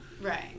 Right